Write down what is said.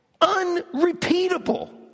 unrepeatable